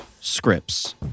scripts